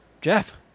Jeff